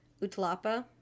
Utlapa